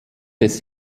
des